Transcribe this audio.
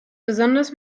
besonders